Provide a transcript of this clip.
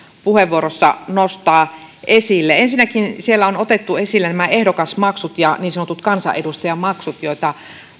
puheenvuorossani nostaa esille ensinnäkin siellä on otettu esille nämä ehdokasmaksut ja niin sanotut kansanedustajamaksut joita